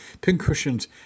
pincushions